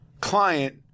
client